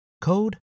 code